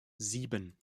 sieben